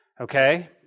okay